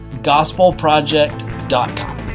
gospelproject.com